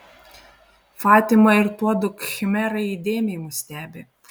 fatima ir tuodu khmerai įdėmiai mus stebi